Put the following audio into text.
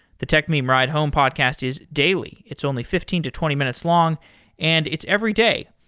the techmeme ride home podcast is daily. it's only fifteen to twenty minutes long and it's every day.